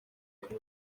kuri